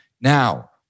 Now